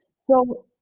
So-